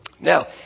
Now